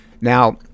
Now